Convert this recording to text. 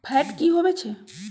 Fat की होवछै?